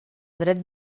dret